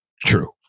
true